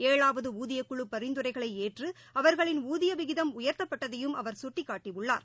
ஏழாவது ஊதியக்குழு பரிந்துரைகளை ஏற்று அவர்களின் ஊதிய விகிதம் உயர்த்தப்பட்டதையும் அவர் சுட்டிக்காட்டியுள்ளார்